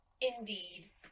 Indeed